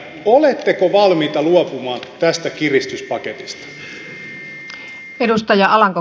oletteko valmiita luopumaan tästä kiristyspaketista